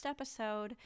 episode